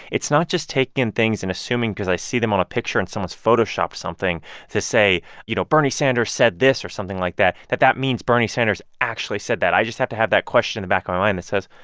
it's not just taking things and assuming because i see them on a picture and someone's photoshopped something to say, you know, bernie sanders said this or something like that, that that means bernie sanders actually said that. i just have to have that question in the back of my mind that says,